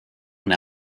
und